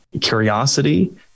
curiosity